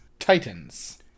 Titans